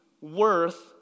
worth